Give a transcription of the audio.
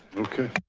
okay,